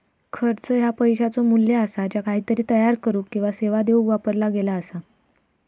खर्च ह्या पैशाचो मू्ल्य असा ज्या काहीतरी तयार करुक किंवा सेवा देऊक वापरला गेला असा